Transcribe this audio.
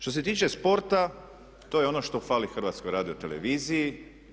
Što se tiče sporta, to je ono što fali HRT-u.